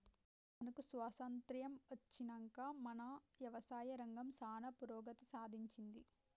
మనకు స్వాతంత్య్రం అచ్చినంక మన యవసాయ రంగం సానా పురోగతి సాధించింది